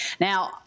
now